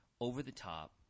over-the-top